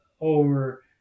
over